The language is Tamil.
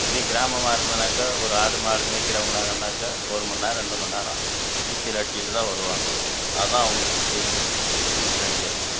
இதே கிராமமாக இருந்தனாக்கா ஒரு ஆடு மாடு மேயிக்கிறவங்களா இருந்தாக்கா ஒரு மணி நேரம் ரெண்டு மணி நேரம் நீச்சல் அடிச்சுட்டு தான் வருவாங்க அதுதான் அவங்களுக்கு தெரியும் நீச்சல் அடிக்கிறதுக்கு